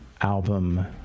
album